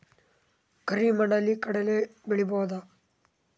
ಕರಿ ಮಣ್ಣಲಿ ಕಡಲಿ ಬೆಳಿ ಬೋದ?